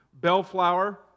Bellflower